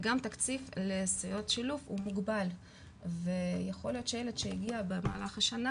וגם תקציב לסייעות שילוב הוא מוגבל ויכול להיות שילד שיגיע במהלך השנה,